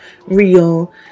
Real